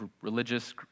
Religious